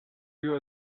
you